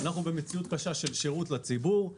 אנחנו במציאות קשה של שירות לציבור.